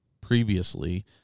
previously